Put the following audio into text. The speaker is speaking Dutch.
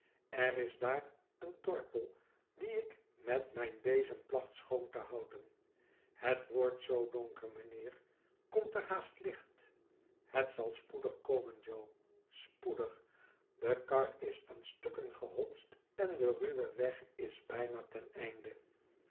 er is daar een dorpel dien ik met mijn bezem placht schoon te houden het wordt zoo donker mijnheer komt er haast licht het zal spoedig komen jo spoedig de kar is aan stukken gehotst en de ruwe weg is bijna ten einde